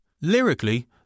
Lyrically